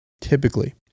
typically